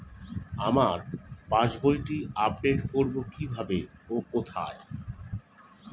আমার পাস বইটি আপ্ডেট কোরবো কীভাবে ও কোথায়?